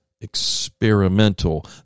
experimental